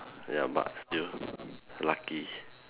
ya but still lucky